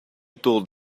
told